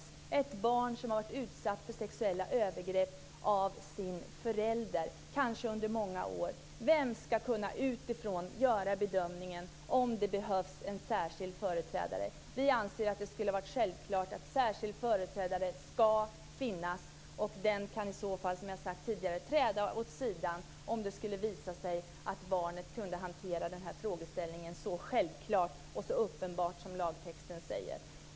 Det kan handla om ett barn som har varit utsatt för sexuella övergrepp från sin förälder - kanske under många år. Vem ska utifrån kunna göra bedömningen om det behövs en särskild företrädare? Vi anser att det borde ha varit självklart att en särskild företrädare ska finnas. I så fall kan denne, som jag sagt tidigare, träda åt sidan om det skulle visa sig att barnet kunde hantera den här frågeställningen så självklart och så uppenbart som lagtexten säger.